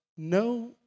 no